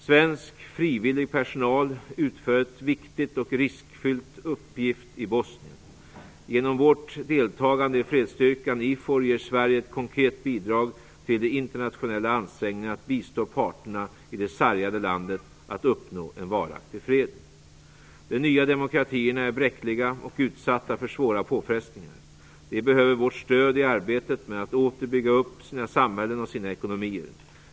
Svensk frivillig personal utför en viktig och riskfylld uppgift i Bosnien. Genom vårt deltagande i fredsstyrkan IFOR ger Sverige ett konkret bidrag till de internationella ansträngningarna att bistå parterna i det sargade landet att uppnå en varaktig fred. De nya demokratierna är bräckliga och utsatta för svåra påfrestningar. De behöver vårt stöd i arbetet med att åter bygga upp sina samhällen och sina ekonomier.